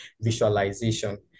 visualization